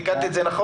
תיקנתי את זה נכון?